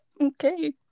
okay